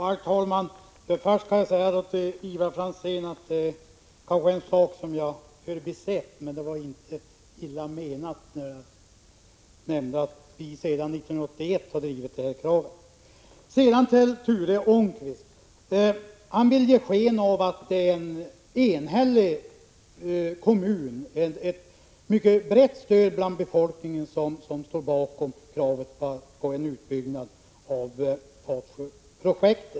Herr talman! Först vill jag säga till Ivar Franzén att det kanske är en sak som jag förbisett, men det var inte illa menat när jag nämnde att vi sedan 1981 har drivit det här kravet. Sedan till Ture Ångqvist. Han vill ge sken av att det är en enhällig kommun, med mycket brett stöd bland befolkningen, som står bakom kravet på en utbyggnad av Fatsjöalternativet.